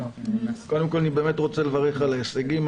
קודם כול, אני באמת רוצה לברך על ההישגים.